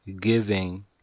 giving